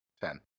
Ten